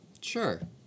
Sure